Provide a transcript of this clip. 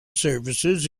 services